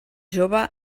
jove